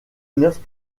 neuf